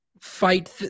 fight